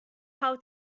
how